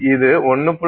இது 1